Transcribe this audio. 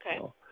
Okay